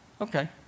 Okay